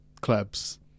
clubs